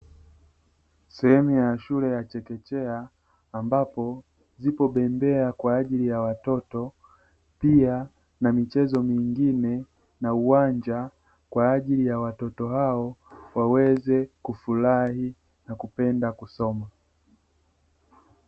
Sehemu ya shule ya chekechea ambapo zipo bembea kwa ajili ya watoto, pia na michezo mingine na uwanja kwa ajili ya watoto hao waweze kufurahi na kupenda kusoma.